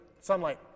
sunlight